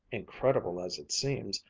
incredible as it seems,